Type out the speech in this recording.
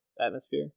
atmosphere